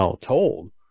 told